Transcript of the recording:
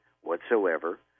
whatsoever